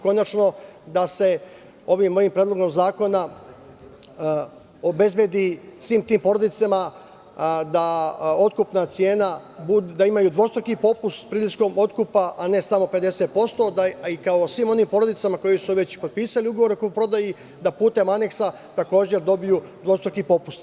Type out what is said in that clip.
Konačno, da se ovim mojim predlogom zakona obezbedi svim tim porodicama da otkupna cena bude, da imaju dvostruki popust prilikom otkupa, a ne samo 50%, kao i svim onim porodicama koje su već potpisale ugovor o kupoprodaji da putem aneksa takođe dobiju dvostruki popust.